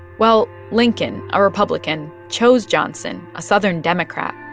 well, lincoln, a republican, chose johnson, a southern democrat,